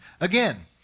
Again